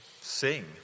sing